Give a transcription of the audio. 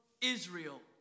Israel